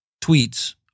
tweets